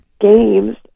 games